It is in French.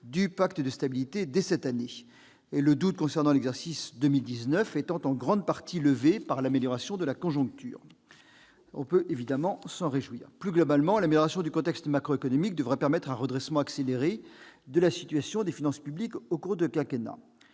du pacte de stabilité dès cette année, le doute concernant l'exercice 2019 étant en grande partie levé grâce à l'amélioration de la conjoncture. Plus globalement, l'amélioration du contexte macroéconomique devrait permettre un redressement accéléré de la situation des finances publiques au cours du quinquennat.